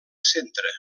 centre